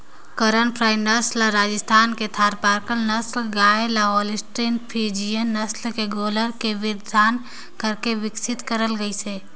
करन फ्राई नसल ल राजस्थान के थारपारकर नसल के गाय ल होल्सटीन फ्रीजियन नसल के गोल्लर के वीर्यधान करके बिकसित करल गईसे